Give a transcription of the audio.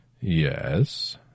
Yes